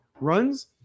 runs